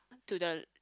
to the